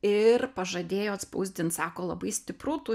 ir pažadėjo atspausdint sako labai stipru tu